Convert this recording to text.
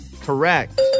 Correct